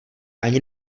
ani